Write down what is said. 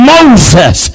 Moses